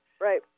Right